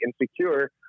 insecure